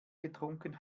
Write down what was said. getrunken